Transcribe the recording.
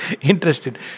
interested